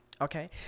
Okay